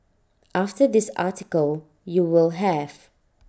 after this article you will have